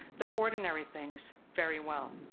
the ordinary things very well.